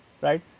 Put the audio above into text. right